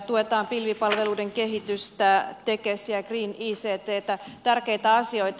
tuetaan pilvipalveluiden kehitystä tekesiä green icttä tärkeitä asioita